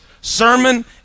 sermon